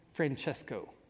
Francesco